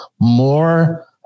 more